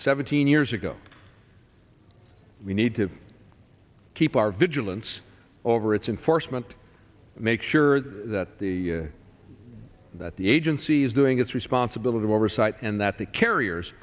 seventeen years ago we need to keep our vigilance over its enforcement make sure that the that the agency is doing its responsibility of oversight and that the carriers